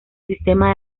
sistema